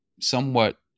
somewhat